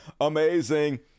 amazing